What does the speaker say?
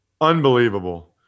Unbelievable